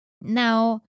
Now